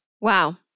Wow